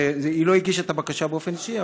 הוא לא הגיש את הבקשה באופן אישי,